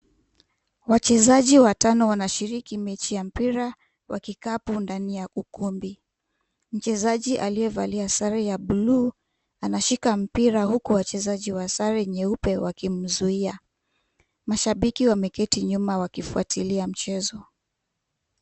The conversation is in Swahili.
Wachezaji watano wanashiriki mechi ya mpira wa kikapu ndani ya ukumbi. Mchezaji aliyevalia sare ya bluu anashika mpira huku wachezaji wa sare nyeupe wakimzuia. Mashabiki wameketi nyuma wakifuatilia mchezo.